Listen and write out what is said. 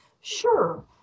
Sure